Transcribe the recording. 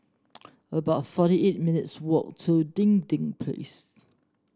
about forty eight minutes' walk to Dinding Place